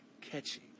catchy